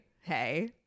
hey